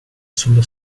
sullo